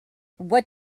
what